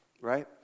right